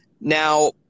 Now